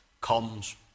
comes